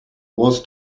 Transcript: was